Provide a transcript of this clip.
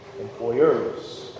employers